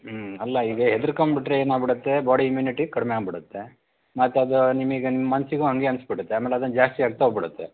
ಹ್ಞೂ ಅಲ್ಲ ಈಗ ಹೆದ್ರ್ಕಂಬಿಟ್ರೆ ಏನಾಗಿಬಿಡುತ್ತೆ ಬಾಡಿ ಇಮ್ಯೂನಿಟಿ ಕಡಿಮೆ ಆಗಿಬಿಡುತ್ತೆ ಮತ್ತದು ನಿಮಗೆ ನಿಮ್ಮ ಮನಸ್ಸಿಗೂ ಹಂಗೆ ಅನಿಸಿಬಿಡುತ್ತೆ ಆಮೇಲೆ ಅದು ಜಾಸ್ತಿ ಆಗ್ತಾ ಹೋಗ್ಬಿಡತ್ತೆ